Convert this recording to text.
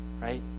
right